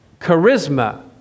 charisma